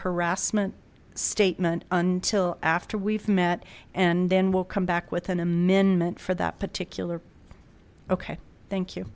harassment statement until after we've met and then we'll come back with an amendment for that particular okay thank you